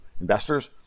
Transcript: investors